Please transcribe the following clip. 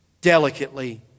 Delicately